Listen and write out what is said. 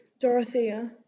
Dorothea